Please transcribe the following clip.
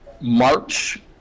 March